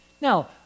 Now